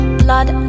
blood